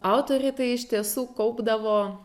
autoriai tai iš tiesų kaupdavo